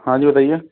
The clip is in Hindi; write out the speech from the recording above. हाँ जी बताइए